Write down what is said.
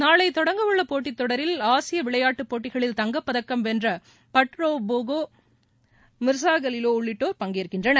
நாளை தொடங்கவுள்ள போட்டித்தொடரில் ஆசிய விளையாட்டு போட்டிகளில் தங்கப்பதக்கம் வென்ற பட்டுரோவ் போகோ மிர்ஸாகலிலோ உள்ளிட்டோர் பங்கேற்கின்றனர்